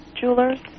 Jewelers